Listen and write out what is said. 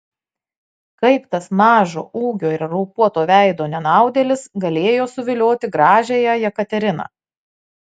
kaip tas mažo ūgio ir raupuoto veido nenaudėlis galėjo suvilioti gražiąją jekateriną